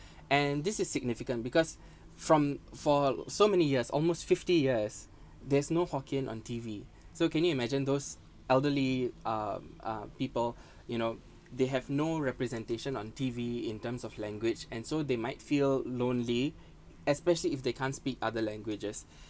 and this is significant because from for so many years almost fifty years there's no hokkien on T_V so can you imagine those elderly um uh people you know they have no representation on T_V in terms of language and so they might feel lonely especially if they can't speak other languages